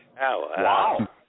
Wow